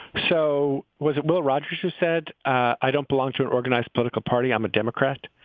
so was it will rogers who said, i don't belong to an organized political party. i'm a democrat.